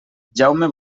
jaume